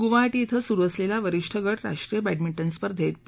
गुवाहाटी क्रे सुरु असलेल्या वरीष्ठ गट राष्ट्रीय बॅडमिंटन स्पर्धेत पी